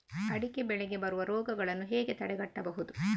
ಅಡಿಕೆ ಬೆಳೆಗೆ ಬರುವ ರೋಗಗಳನ್ನು ಹೇಗೆ ತಡೆಗಟ್ಟಬಹುದು?